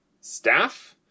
Staff